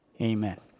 amen